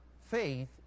faith